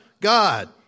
God